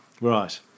Right